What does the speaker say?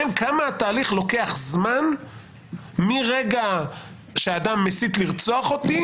כמה התהליך לוקח זמן מרגע שאדם מסית לרצוח אותי,